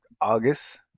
August